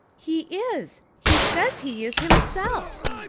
he is. he says he is himself,